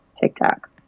TikTok